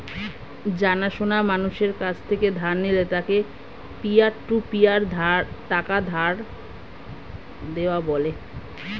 জানা সোনা মানুষের কাছ থেকে ধার নিলে তাকে পিয়ার টু পিয়ার টাকা ধার দেওয়া বলে